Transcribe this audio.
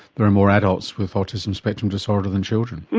there are more adults with autism spectrum disorder than children.